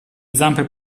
zampe